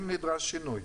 אם זה נדרש שינוי.